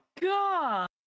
god